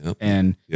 And-